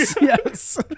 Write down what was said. Yes